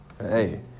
hey